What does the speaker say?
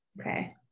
Okay